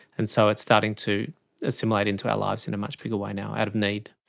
and so it's starting to assimilate into our lives in a much bigger way now, out of need.